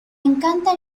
encanta